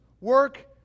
work